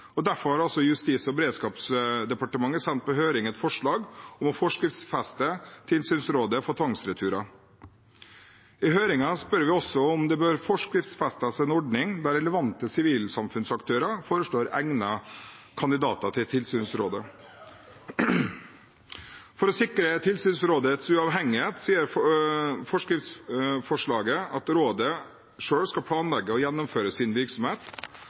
Derfor har Justis- og beredskapsdepartementet sendt på høring et forslag om å forskriftsfeste tilsynsrådet for tvangsreturer. I høringen spør vi også om det bør forskriftsfestes en ordning der relevante sivilsamfunnsaktører foreslår egnede kandidater til tilsynsrådet. For å sikre tilsynsrådets uavhengighet sier forskriftsforslaget at rådet selv skal planlegge og gjennomføre sin virksomhet,